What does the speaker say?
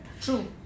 True